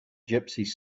gypsies